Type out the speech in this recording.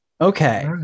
Okay